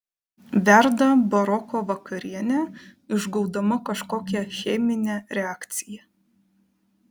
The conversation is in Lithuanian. verda baroko vakarienė išgaudama kažkokią cheminę reakciją